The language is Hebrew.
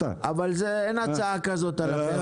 אבל אין הצעה כזאת על הפרק.